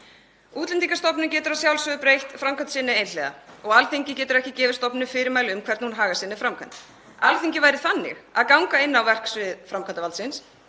Útlendingastofnun getur að sjálfsögðu breytt framkvæmd sinni einhliða og Alþingi getur ekki gefið stofnuninni fyrirmæli um hvernig hún hagar sinni framkvæmd. Alþingi væri þannig að ganga inn á verksvið framkvæmdarvaldsins